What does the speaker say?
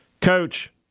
Coach